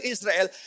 Israel